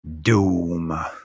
Doom